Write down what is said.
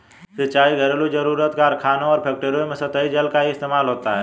सिंचाई, घरेलु जरुरत, कारखानों और फैक्ट्रियों में सतही जल का ही इस्तेमाल होता है